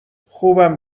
خوبم